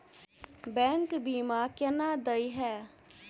Bank बीमा केना देय है?